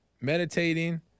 meditating